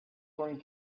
going